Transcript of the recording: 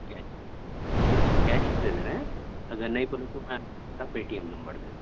cash جی اچھا cash دے دے رہے ہیں اگر نہیں بولے تو میں ہمارا پے ٹی ایم نمبر دے دیتا